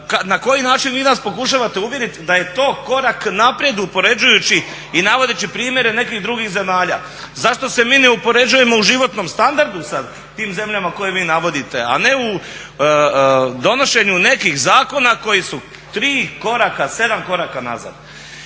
na koji način vi nas pokušavate uvjeriti da je to korak naprijed uspoređujući i navodeći primjere nekih drugih zemalja? Zašto se mi ne uspoređujemo u životnom standardu sa tim zemljama koje vi navodite, a ne u donošenju nekih zakona koji su tri koraka, sedam koraka nazad.